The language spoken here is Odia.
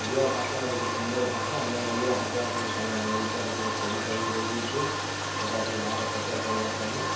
ଓଡ଼ିଆ ଭାଷା ଗୁଟେ ସୁନ୍ଦର୍ ଭାଷା ହେଲେ ଓଡ଼ିଆ ଭାଷାକେ ଖାଲି ଆମର୍ ଓଡ଼ିଶା ଭିତ୍ରେ ସ୍ଥଗିତ ହେଇ ରହିଯାଇଛି ସେଟାକେ ବାହାରେ ପ୍ରଚାର୍ କର୍ବାର୍ କା'ଯେ